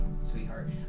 Sweetheart